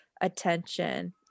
attention